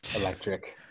Electric